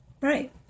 Right